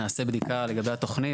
נעשה בדיקה לגבי התוכנית.